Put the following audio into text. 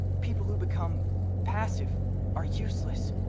people who become passive are useless.